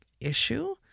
issue